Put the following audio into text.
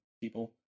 people